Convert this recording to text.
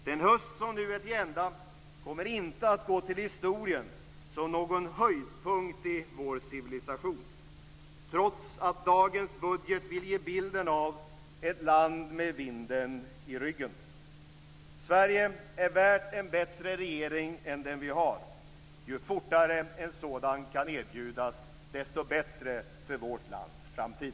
Den höst som nu är till ända kommer inte att gå till historien som någon höjdpunkt i vår civilisation, trots att dagens budget vill ge bilden av ett land med vinden i ryggen. Sverige är värt en bättre regering än den vi har. Ju fortare en sådan kan erbjudas, desto bättre för vårt lands framtid.